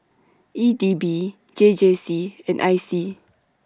E D B J J C and I C